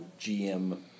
GM